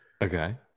Okay